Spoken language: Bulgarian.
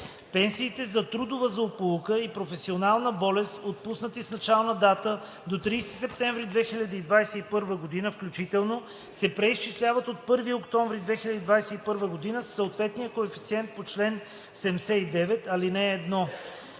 Пенсиите за трудова злополука и професионална болест, отпуснати с начална дата до 30 септември 2021 г. включително, се преизчисляват от 1 октомври 2021 г. със съответния коефициент по чл. 79, ал. 1.